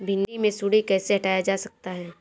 भिंडी से सुंडी कैसे हटाया जा सकता है?